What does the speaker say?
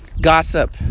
gossip